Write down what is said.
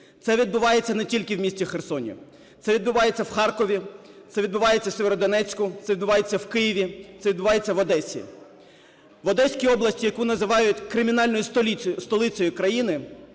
Це відбувається не тільки в місті Херсоні, це відбувається в Харкові, це відбувається в Сєвєродонецьку, це відбувається в Києві, це відбувається в Одесі. В Одеській області, яку називають кримінальною столицею країни,